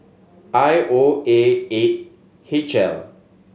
I O A eight H L